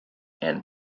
and